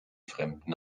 fremden